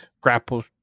grapple